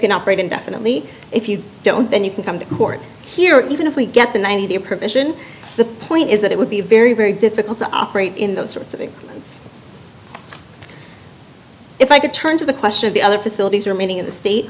can operate indefinitely if you don't then you can come to court here even if we get the ninety day a provision the point is that it would be very very difficult to operate in those sorts of if i could turn to the question of the other facilities remaining in the state